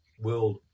world